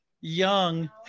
young